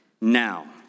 Now